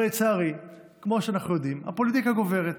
אבל לצערי, כמו שאנחנו יודעים, הפוליטיקה גוברת.